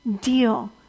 deal